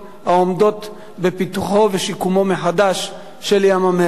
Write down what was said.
העומדות לנוכח פיתוחו ושיקומו מחדש של ים-המלח.